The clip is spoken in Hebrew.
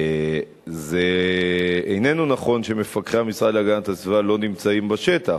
זה לא נכון שמפקחי המשרד להגנת הסביבה לא נמצאים בשטח.